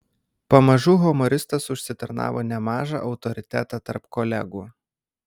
pamažu humoristas užsitarnavo nemažą autoritetą tarp kolegų